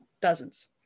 dozens